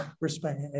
respect